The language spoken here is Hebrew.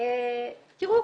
תראו,